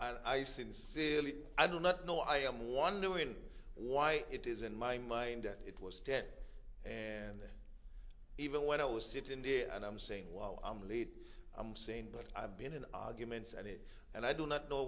i sincerely i do not know i am wondering why it is in my mind that it was ten and even when i was sitting there and i'm saying wow i'm late i'm sane but i've been in arguments and it and i do not know